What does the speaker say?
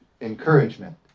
encouragement